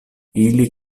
ili